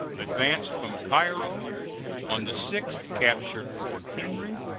advanced from cairo on the sixth captured fort henry,